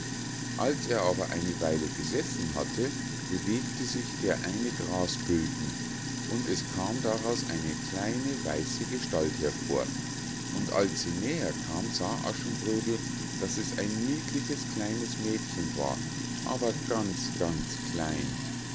als er aber eine weile gesessen hatte bewegte sich der eine grasbülten und es kam daraus eine kleine weiße gestalt hervor und als sie näher kam sah aschenbrödel daß es ein niedliches kleines mädchen war aber ganz ganz klein